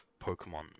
Pokemon